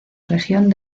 región